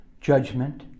judgment